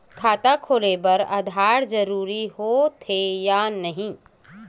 खाता खोले बार आधार जरूरी हो थे या नहीं?